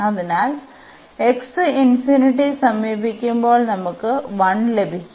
അതിനാൽ x സമീപിക്കുമ്പോൾ നമുക്ക് 1 ലഭിക്കും